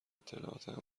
اطلاعات